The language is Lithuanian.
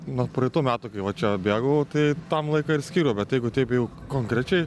nuo praeitų metų kai va čia bėgau tai tam laiką ir skyriau bet jeigu taip jau konkrečiai